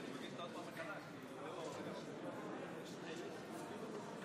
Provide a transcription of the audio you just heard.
(קורא בשמות חברי הכנסת) משה אבוטבול,